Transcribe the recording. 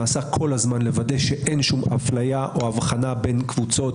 הוא נעשה כל הזמן לוודא שאין אפליה או הבחנה בין קבוצות,